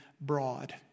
broad